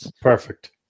Perfect